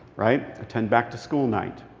right? attend back-to-school night.